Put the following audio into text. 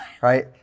right